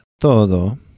TODO